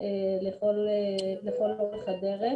לכל אורך הדרך.